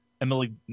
emily